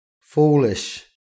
Foolish